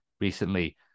recently